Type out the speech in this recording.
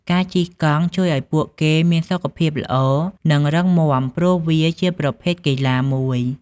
ការជិះកង់ជួយឱ្យពួកគេមានសុខភាពល្អនិងរឹងមាំព្រោះវាជាប្រភេទកីឡាមួយ។